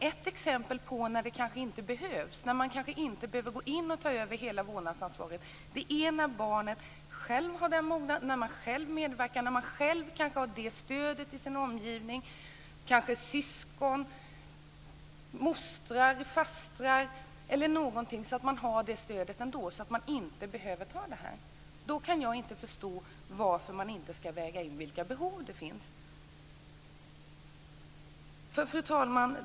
Ett exempel på när det kanske inte behövs någon företrädare som tar över vårdnadsansvaret är när barnet självt är moget, självt medverkar och kan få stöd från sin omgivning av t.ex. ett syskon, en moster, en faster eller någon annan. Då behövs det ingen särskild företrädare. Då kan jag inte förstå varför man inte ska väga in de behov som finns. Fru talman!